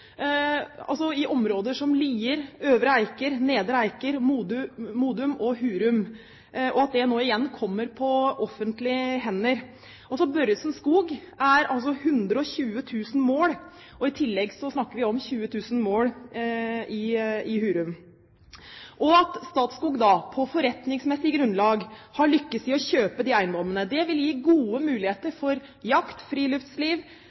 i områder som Lier, Øvre Eiker, Nedre Eiker, Modum og Hurum, og at skogen nå igjen kommer på offentlige hender. Børresen skog er altså på 120 000 mål, og i tillegg snakker vi om 20 000 mål i Hurum. Det at Statskog, på forretningsmessig grunnlag, har lyktes i å kjøpe disse eiendommene, vil gi gode muligheter for jakt, friluftsliv